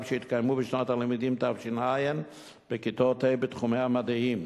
שהתקיימו בשנת הלימודים תש"ע בכיתות ה' בתחומי המדעים,